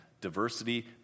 diversity